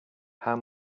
how